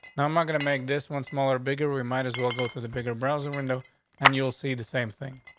now, i'm not gonna make this one smaller. bigger? we might as well go to the bigger browser window and you'll see the same thing.